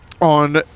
on